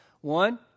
One